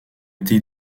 été